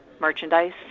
merchandise